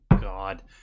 God